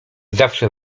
zawsze